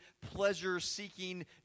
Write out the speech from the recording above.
pleasure-seeking